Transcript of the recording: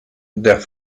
der